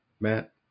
Matt